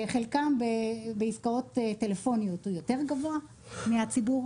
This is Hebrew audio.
חלקם בעסקות טלפוניות הוא יותר גבוה מהציבור.